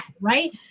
right